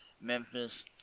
Memphis